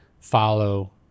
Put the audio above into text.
follow